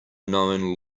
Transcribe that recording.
known